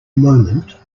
moment